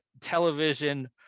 television